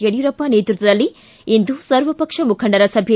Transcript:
ಯಡಿಯೂರಪ್ಪ ನೇತೃತ್ವದಲ್ಲಿ ಇಂದು ಸರ್ವಪಕ್ಷೆ ಮುಖಂಡರ ಸಭೆ